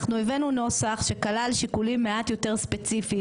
אנחנו הבאנו נוסח שכלל שיקולים מעט יותר ספציפיים